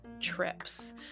trips